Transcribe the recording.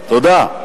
תודה.